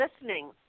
listening